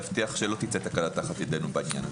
ולהבטיח שלא תצא תקלה תחת ידנו.